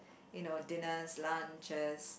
you know dinners lunches